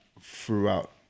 throughout